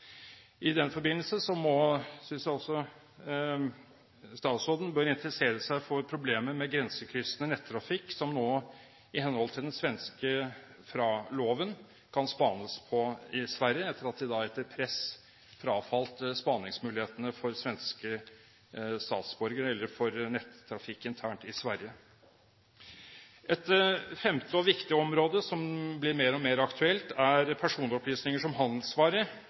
I den forbindelse synes jeg også statsråden bør interessere seg for problemet med grensekryssende nettrafikk som nå, i henhold til den svenske FRA-loven, kan spanes på i Sverige, etter at de etter press frafalt spaningsmulighetene for svenske statsborgere, eller for nettrafikk internt i Sverige. Et femte og viktig område, som blir mer og mer aktuelt, er personopplysninger som